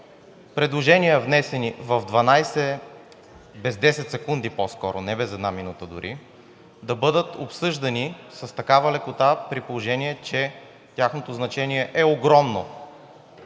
предложения, внесени в 12 без 10 секунди по-скоро, не без една минута дори, да бъдат обсъждани с такава лекота, при положение че тяхното значение е огромно.